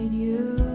you